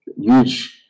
huge